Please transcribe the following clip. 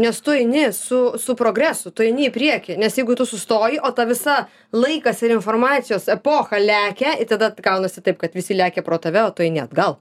nes tu eini su su progresu tu eini į priekį nes jeigu tu sustoji o ta visa laikas ir informacijos epocha lekia ir tada gaunasi taip kad visi lekia pro tave o tu eini atgal